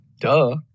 Duh